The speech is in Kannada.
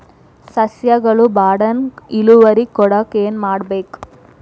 ಸಸ್ಯಗಳು ಬಡಾನ್ ಇಳುವರಿ ಕೊಡಾಕ್ ಏನು ಮಾಡ್ಬೇಕ್?